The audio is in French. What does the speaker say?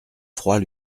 froid